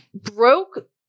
broke